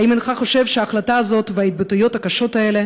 האם אינך חושב שההחלטה הזאת וההתבטאויות הקשות האלה